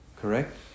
Correct